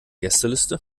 gästeliste